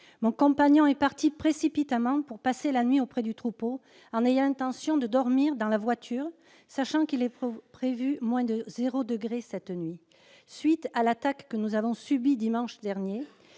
Mon compagnon est parti précipitamment pour passer la nuit auprès du troupeau, en ayant l'intention de dormir dans la voiture, sachant qu'il est prévu moins de zéro degré cette nuit. « Suite à l'attaque que nous avons subie dimanche dernier,